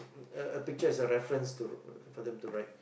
a a picture as a reference to for them to write